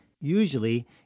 usually